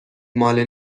ماله